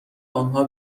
آنها